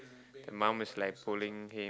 the mom is like pulling him